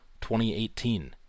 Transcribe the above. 2018